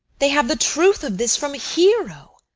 they have the truth of this from hero.